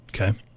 Okay